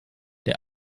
der